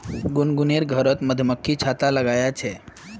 गुनगुनेर घरोत मधुमक्खी छत्ता लगाया छे